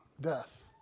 death